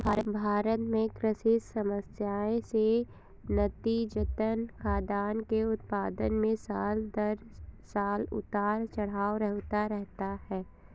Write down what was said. भारत में कृषि समस्याएं से नतीजतन, खाद्यान्न के उत्पादन में साल दर साल उतार चढ़ाव होता रहता है